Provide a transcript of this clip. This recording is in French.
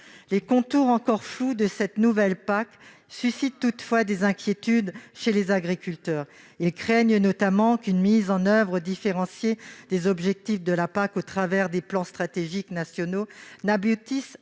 Les contours encore flous de cette nouvelle PAC suscitent toutefois des inquiétudes chez les agriculteurs. Ils craignent notamment qu'une mise en oeuvre différenciée des objectifs de la politique européenne au travers des PSN n'aboutisse